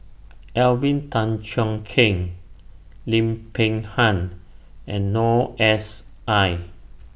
Alvin Tan Cheong Kheng Lim Peng Han and Noor S I